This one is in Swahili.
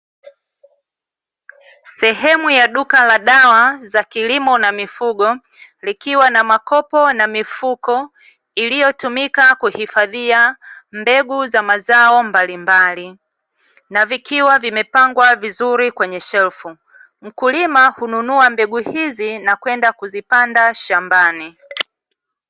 Sehemu ya duka la dawa za kilimo na mifugo likiwa na makopo na mifuko iliyotumika kuhifadhia mbegu za mazao mbalimbali na vikiwa vimepangwa vizuri kwenye shelfu, mkulima hununua mbegu hizi na kwenda kuzipanda shambani.